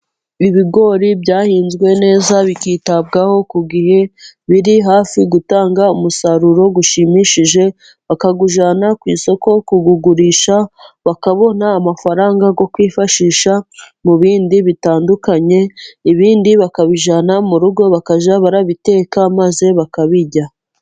Ibi bigori byahinzwe neza byitabwaho ku gihe, biri hafi gutanga umusaruro ushimishije, bakawujyana ku isoko kuwugurisha, bakabona amafaranga yo kwifashisha mu bindi bitandukanye, ibindi bakabijyana mu rugo bakajya babiteka maze bakabirya.